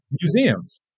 museums